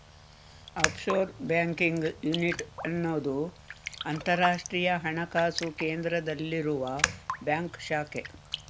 offshore banking unit ಅನ್ನುದು ಅಂತರಾಷ್ಟ್ರೀಯ ಹಣಕಾಸು ಕೇಂದ್ರದಲ್ಲಿರುವ ಬ್ಯಾಂಕ್ ಶಾಖೆ